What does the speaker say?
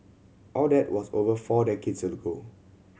all that was over four decades ago